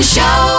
Show